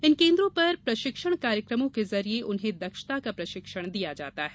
इन केन्द्रों पर प्रशिक्षण कार्यक्रमों के जरिए उन्हें दक्षता का प्रशिक्षण दिया जाता है